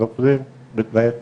נופלים בתנאי הסף,